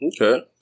Okay